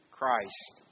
Christ